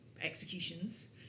executions